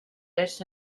leis